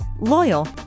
loyal